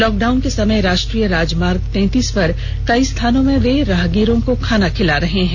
lockdown के समय राष्ट्रीय राजमार्ग तैंतीस पर कई स्थानों में वे राहगीरों को खाना खिला रहे हैं